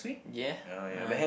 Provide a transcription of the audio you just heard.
yeah ah